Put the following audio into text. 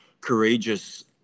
courageous